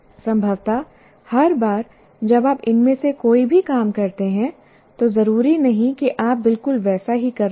संभवत हर बार जब आप इनमें से कोई भी काम करते हैं तो जरूरी नहीं कि आप बिल्कुल वैसा ही कर रहे हों